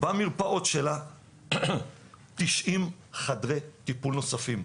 במרפאות שלה 90 חדרי טיפול נוספים.